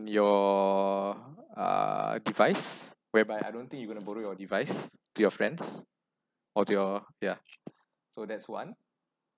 your uh device whereby I don't think you gonna borrow your device to your friends or to your ya so that's one